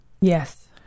Yes